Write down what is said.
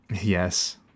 Yes